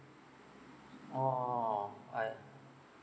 oh I